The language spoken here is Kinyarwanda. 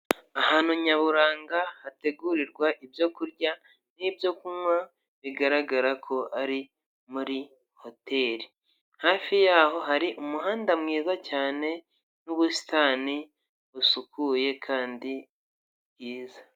Ahantu nyaburanga hategurirwa ibyo kurya n'ibyo kunywa bigaragara ko ari muri hoteri, hafi yaho hari umuhanda mwiza cyane n'ubusitani busukuye kandi bwiza.